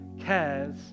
cares